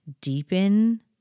deepen